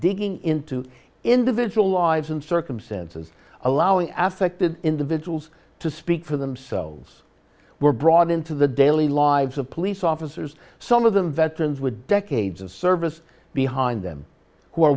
digging into individual lives and circumstances allowing afaik the individuals to speak for themselves were brought into the daily lives of police officers some of them veterans with decades of service behind them who are